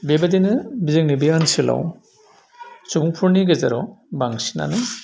बेबायदिनो जोंनि बे ओनसोलाव सुबुंफोरनि गेजेराव बांसिनानो